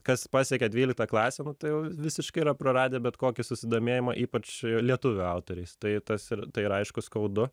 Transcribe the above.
kas pasiekė dvyliktą klasę nu tai jau visiškai yra praradę bet kokį susidomėjimą ypač lietuvių autoriais tai tas ir tai ir aišku skaudu